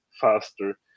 faster